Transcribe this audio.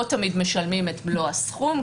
לא תמיד משלמות את מלוא הסכום.